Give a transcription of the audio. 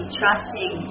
trusting